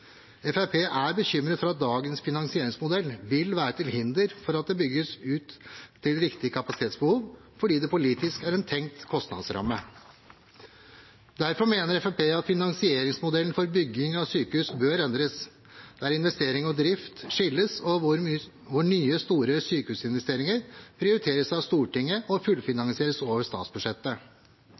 er bekymret for at dagens finansieringsmodell vil være til hinder for at det bygges ut til riktig kapasitetsbehov, fordi det politisk er en tenkt kostnadsramme. Derfor mener Fremskrittspartiet at finansieringsmodellen for bygging av sykehus bør endres, der investering og drift skilles, og hvor nye store sykehusinvesteringer prioriteres av Stortinget og fullfinansieres over statsbudsjettet.